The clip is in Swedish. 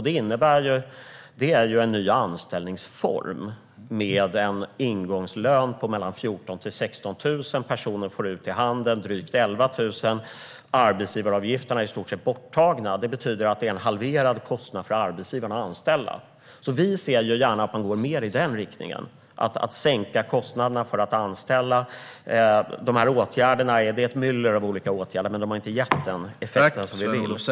Det är en ny anställningsform med en ingångslön på mellan 14 000 och 16 000 kronor per månad, varav personen får ut drygt 11 000 i handen. Arbetsgivaravgifterna är i stort sett borttagna, vilket betyder en halverad kostnad för arbetsgivaren för att anställa. Vi ser gärna att man går mer i den riktningen: att sänka kostnaderna för att anställa. Det finns ett myller av olika åtgärder, men de har inte gett den effekten som vi vill ha.